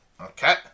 Okay